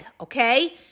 okay